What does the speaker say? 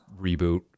reboot